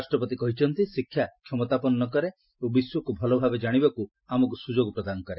ରାଷ୍ଟ୍ରପତି କହିଛନ୍ତି ଶିକ୍ଷା କ୍ଷମତାପନ୍ନ କରେ ଓ ବିଶ୍ୱକୁ ଭଲଭାବେ ଜାଣିବାକୁ ଆମକୁ ସୁଯୋଗ ପ୍ରଦାନ କରେ